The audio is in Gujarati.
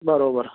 બરાબર